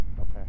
Okay